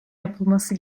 yapılması